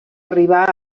arribà